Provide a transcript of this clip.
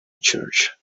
church